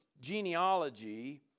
genealogy